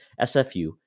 SFU